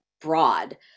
broad